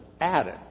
added